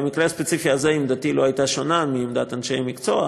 במקרה הספציפי הזה עמדתי לא הייתה שונה מעמדת אנשי המקצוע,